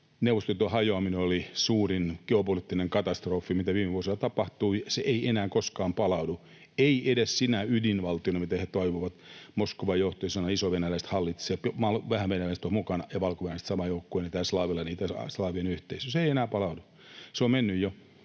”Neuvostoliiton hajoaminen oli suurin geopoliittinen katastrofi, mikä viime vuosina tapahtui”. Se ei enää koskaan palaudu, ei edes sinä ydinvaltiona, mitä he toivovat. Moskovan johtaja sanoi, että isovenäläiset hallitsevat, vähävenäläiset ovat mukana ja valkovenäläiset samaa joukkuetta, eli tämä itäslaavien yhteisö — se ei enää palaudu, se on mennyt jo.